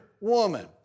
woman